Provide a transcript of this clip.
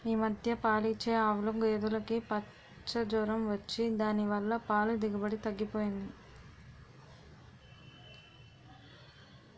ఈ మధ్య పాలిచ్చే ఆవులు, గేదులుకి పచ్చ జొరం వచ్చి దాని వల్ల పాల దిగుబడి తగ్గిపోయింది